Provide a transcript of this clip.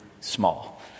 small